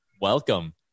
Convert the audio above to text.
Welcome